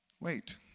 Wait